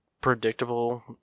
predictable